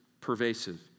pervasive